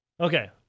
Okay